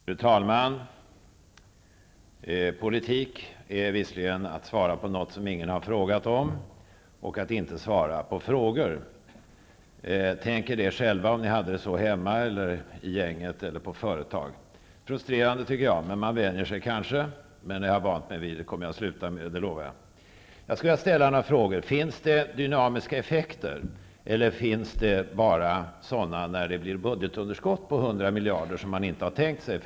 Fru talman! Politik är visserligen att svara på något som ingen har frågat om och att inte svara på frågor. Tänk er själva, om ni hade det så hemma, i gänget eller på företaget. Det är frustrerande. Man vänjer sig kanske, men när jag har vant mig vid det lovar jag att jag kommer att sluta med det. Jag skulle vilja ställa några frågor. Finns det dynamiska effekter, eller finns sådana bara när det blir budgetunderskott på 100 miljarder som man inte har tänkt sig?